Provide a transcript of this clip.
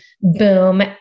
boom